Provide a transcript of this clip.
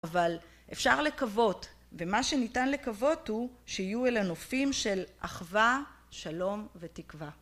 אבל אפשר לקוות. ומה שניתן לקוות הוא, שיהיו אלה נופים של אחווה, שלום ותקווה.